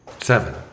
Seven